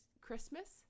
Christmas